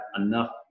enough